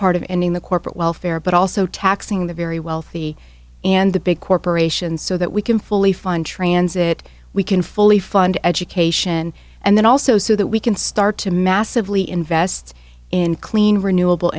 part of ending the corporate welfare but also taxing the very wealthy and the big corporations so that we can fully fund transit we can fully fund education and then also so that we can start to massively invest in clean renewable